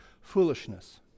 Foolishness